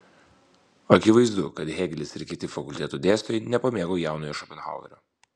akivaizdu kad hėgelis ir kiti fakulteto dėstytojai nepamėgo jaunojo šopenhauerio